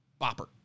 bopper